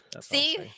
See